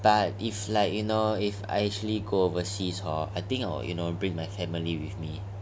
but if like you know if I actually go overseas hor I think I will you know bring my family with me